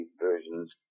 versions